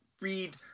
read